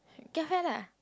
get high lah